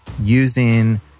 using